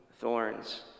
thorns